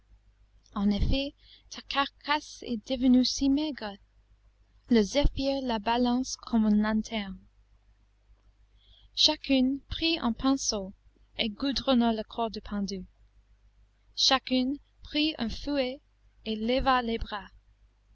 en effet ta carcasse est devenue si maigre le zéphyr la balance comme une lanterne chacune prit un pinceau et goudronna le corps du pendu chacune prit un fouet et leva les bras